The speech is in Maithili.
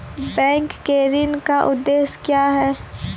बैंक के ऋण का उद्देश्य क्या हैं?